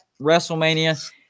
WrestleMania